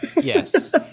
Yes